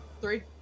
Three